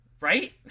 right